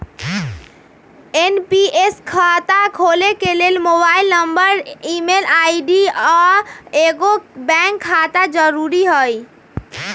NPS खता खोले के लेल मोबाइल नंबर, ईमेल आई.डी, आऽ एगो बैंक खता जरुरी हइ